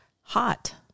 hot